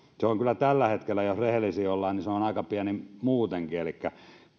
se on kyllä tällä hetkellä jos rehellisiä ollaan aika pieni muutenkin elikkä